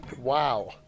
Wow